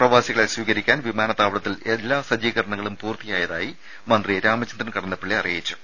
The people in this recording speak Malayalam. പ്രവാസികളെ സ്വീകരിക്കാൻ വിമാനത്താവളത്തിൽ സജ്ജീകരണങ്ങളും എല്ലാ പൂർത്തിയായതായി മന്ത്രി രാമചന്ദ്രൻ കടന്നപ്പള്ളി അറിയിച്ചു